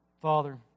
Father